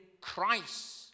Christ